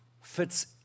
fits